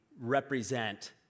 represent